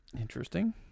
Interesting